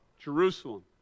Jerusalem